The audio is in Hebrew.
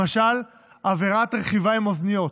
למשל, עבירת רכיבה עם אוזניות,